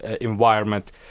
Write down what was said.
environment